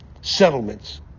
settlements